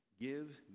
give